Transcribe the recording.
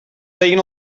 feien